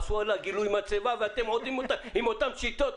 עשו עליה גילוי מצבה ואתם עובדים עם אותן שיטות?